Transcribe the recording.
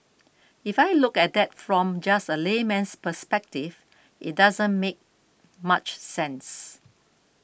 if I look at that from just a layman's perspective it doesn't make much sense